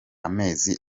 amezi